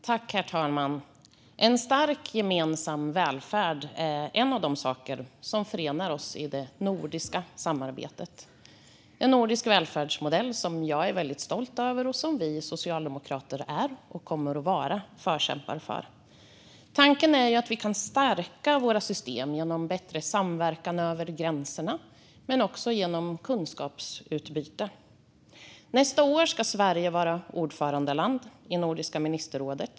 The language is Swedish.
Herr talman! En stark gemensam välfärd är en av de saker som förenar oss i det nordiska samarbetet - en nordisk välfärdsmodell som jag är väldigt stolt över och som vi socialdemokrater är och kommer att vara förkämpar för. Tanken är att vi kan stärka våra system genom bättre samverkan över gränserna men också genom kunskapsutbyte. Nästa år ska Sverige vara ordförandeland i Nordiska ministerrådet.